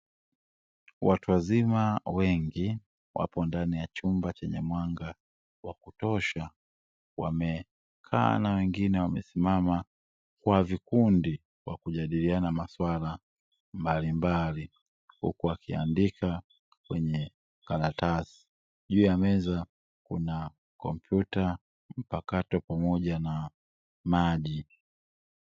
Watu wazima wengi wako ndani ya chumba chenye mwanga wa kutosha wamekaa na wengine wamesimama kwa vikundi wakijadiliana maswala mbalimbali, huku wakiandika kwenye karatasi juu ya meza kuna kompyuta mpakato pamoja na maji.